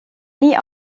nie